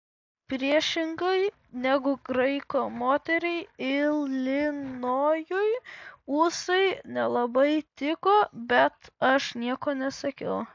priešingai negu graiko moteriai ilinojui ūsai nelabai tiko bet aš nieko nesakiau